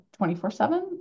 24-7